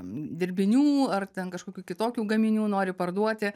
dirbinių ar ten kažkokių kitokių gaminių nori parduoti